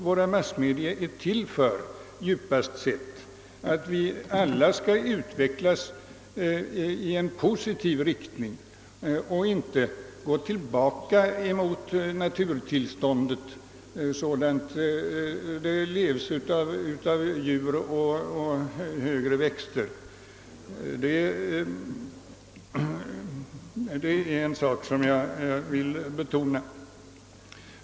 Våra massmedia är väl till just för att vi alla skall utvecklas i positiv riktning och inte gå tillbaka mot ett liv i naturtillståndet, sådant det levs av djur och högre växter. Detta vill jag betona.